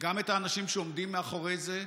גם את האנשים שעומדים מאחורי זה,